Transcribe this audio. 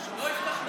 לא השתכנעתי.